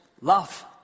love